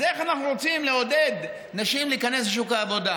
אז איך אנחנו רוצים לעודד נשים להיכנס לשוק העבודה?